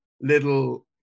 little